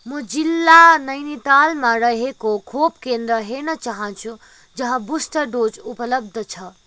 म जिल्ला नैनीतालमा रहेको खोप केन्द्र हेर्न चाहन्छु जहाँ बुस्टर डोज उपलब्ध छ